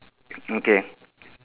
mm K